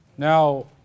Now